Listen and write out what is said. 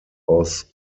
aus